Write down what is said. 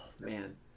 man